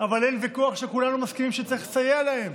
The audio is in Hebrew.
אבל אין ויכוח שכולנו מסכימים שצריך לסייע להם.